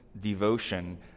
devotion